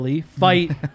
fight